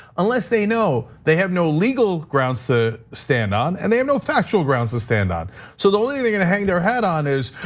unless they know they have no legal grounds to stand on and they have no factual grounds to stand on. so the only thing they're gonna hang their head on is,